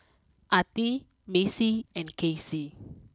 Attie Macy and Kasey